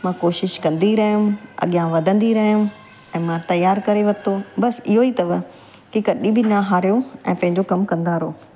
मां कोशिशि कंदी रहियमि अॻियां वधंदी रहियमि ऐं मां तयारु करे वरितो बसि इहोई अथव की कॾहिं बि न हारियो ऐं पंहिंजो कमु कंदा रहो